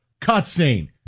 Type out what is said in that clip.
Cutscene